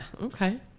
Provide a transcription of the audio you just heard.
okay